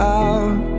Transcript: out